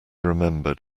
remembered